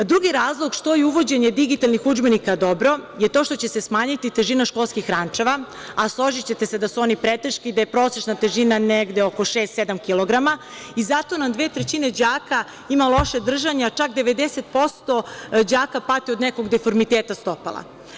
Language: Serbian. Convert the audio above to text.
Drugi razlog što je uvođenje digitalnih udžbenika dobro je to što će se smanjiti težina školskih rančeva, a složićete se da su oni preteški, da je prosečna težina negde oko šest, sedam kilograma i zato nam 2/3 đaka ima loše držanje, a čak 90% đaka pati od nekog deformiteta stopala.